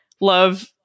love